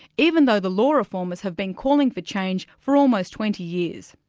even though the law reformers have been calling for change for almost twenty years.